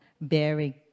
bearing